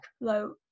low